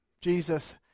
Jesus